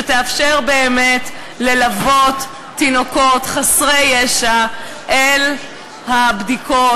שתאפשר באמת ללוות תינוקות חסרי ישע אל הבדיקות.